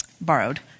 borrowed